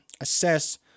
assess